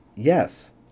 Yes